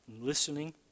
listening